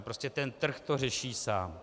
Prostě trh to řeší sám.